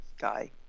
guy